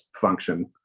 function